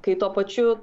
kai tuo pačiu